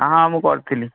ହଁ ହଁ ମୁଁ କରିଥିଲି